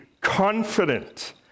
confident